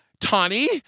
Tawny